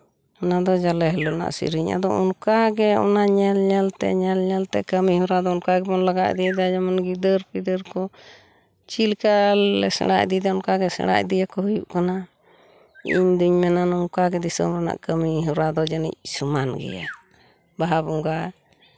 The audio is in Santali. ᱚᱱᱟ ᱫᱚ ᱡᱟᱞᱮ ᱦᱤᱞᱳᱜ ᱨᱮᱱᱟᱜ ᱥᱤᱨᱤᱧ ᱟᱫᱚ ᱚᱱᱠᱟ ᱜᱤ ᱚᱱᱟ ᱧᱮᱞ ᱧᱮᱞ ᱛᱮ ᱠᱟᱹᱢᱤᱦᱚᱨᱟ ᱫᱚ ᱚᱱᱠᱟ ᱜᱮᱵᱚᱱ ᱞᱟᱜᱟᱣ ᱤᱫᱤᱭᱫᱟ ᱡᱮᱢᱚᱱ ᱜᱤᱫᱟᱹᱨ ᱯᱤᱫᱟᱹᱨ ᱠᱚ ᱪᱤᱫᱞᱮᱠᱟ ᱞᱮ ᱥᱮᱬᱟ ᱤᱫᱤᱭᱫᱟ ᱚᱱᱠᱟ ᱜᱮ ᱥᱮᱬᱟ ᱤᱫᱤᱭᱟᱠᱚ ᱦᱩᱭᱩᱜ ᱠᱟᱱᱟ ᱤᱧᱫᱩᱧ ᱢᱮᱱᱟ ᱱᱚᱝᱠᱟ ᱜᱮ ᱫᱤᱥᱚᱢ ᱨᱮᱱᱟᱜ ᱠᱟᱹᱢᱤᱦᱚᱨᱟ ᱫᱚ ᱡᱟᱱᱤᱡ ᱥᱚᱢᱟᱱ ᱜᱮᱭᱟ ᱵᱟᱦᱟ ᱵᱚᱸᱜᱟ